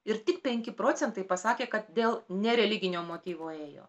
ir tik penki procentai pasakė kad dėl nereliginio motyvo ėjo